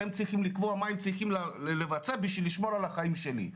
אתם צריכים לקבוע מה הם צריכים לבצע כדי לשמור על החיים שלי.